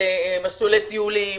מסלולי טיולים,